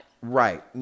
Right